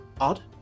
Odd